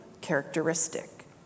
characteristic